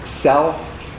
self